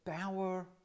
power